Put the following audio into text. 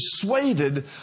persuaded